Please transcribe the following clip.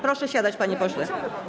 Proszę siadać, panie pośle.